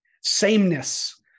sameness